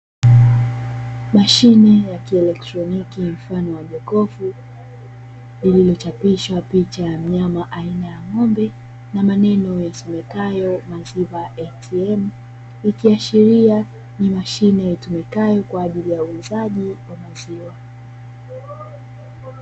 Mashine ya kielektroniki mfano wa jokofu iliyochapishwa picha ya mnyama aina ya ng'ombe na maneno yasomekayo"maziwa ATM" ; ikiashiria ni mashine itumikayo kwa ajili ya uuzaji wa maziwa.